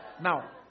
Now